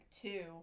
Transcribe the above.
two